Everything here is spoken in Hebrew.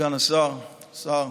סגן השר, השר,